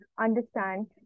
Understand